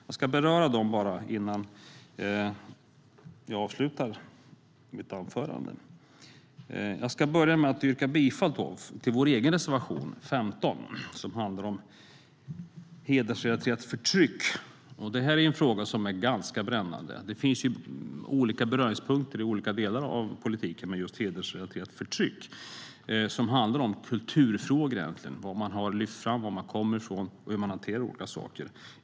Jag ska beröra dem innan jag avslutar mitt anförande, men jag börjar med att yrka bifall till vår egen reservation 15, som handlar om hedersrelaterat förtryck. Det är en fråga som är ganska brännande. Det finns olika beröringspunkter i olika delar av politiken, men just hedersrelaterat förtryck handlar om kulturfrågor, vad man har lyft fram, var man kommer ifrån och hur man hanterar olika saker.